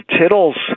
Tittle's